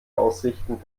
ausrichten